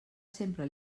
sempre